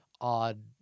odd